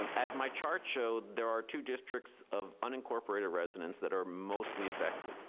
um as my chart showed, there are two districts of unincorporated residents that are mostly affected,